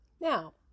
now